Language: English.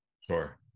Sure